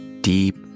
deep